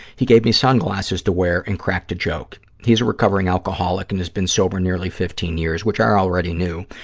he gave me sunglasses to wear and cracked a joke. he's a recovering alcoholic and has been sober nearly fifteen years, which i already knew.